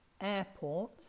airport